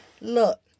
Look